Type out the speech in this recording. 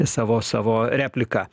savo savo repliką